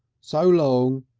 so long,